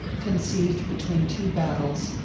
conceived between two battles,